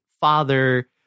father